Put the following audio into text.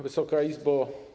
Wysoka Izbo!